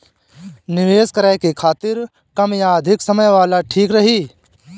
निवेश करें के खातिर कम या अधिक समय वाला ठीक रही?